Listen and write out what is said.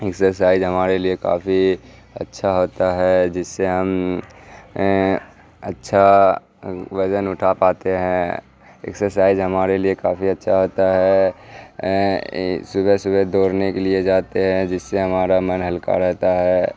exercise ہمارے لیے کافی اچھا ہوتا ہے جس سے ہم اچھا وزن اٹھا پاتے ہیں ایکسرسائز ہمارے لیے کافی اچھا ہوتا ہے صبح صبح دوڑنے کے لیے جاتے ہیں جس سے ہمارا من ہلکا رہتا ہے